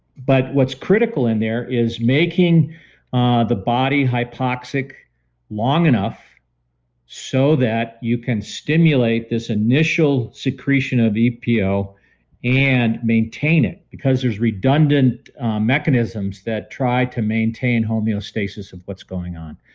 but what's critical in there is making ah the body hypoxic long enough so that you can stimulate this initial secretion of epo and maintain it because there's redundant mechanisms that try to maintain homeostasis of what's going on.